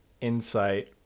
insight